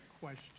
question